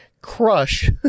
crush